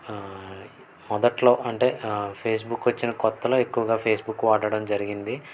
మొదట్లో అంటే ఫేస్బుక్ వచ్చిన కొత్తలో ఎక్కువగా ఫేస్బుక్ వాడడం జరిగింది